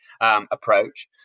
approach